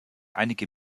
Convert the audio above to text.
einige